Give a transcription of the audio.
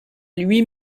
lui